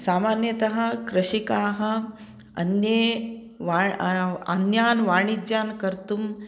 सामान्यतः कृषिकाः अन्ये अन्यान् वाणिज्यान् कर्तुं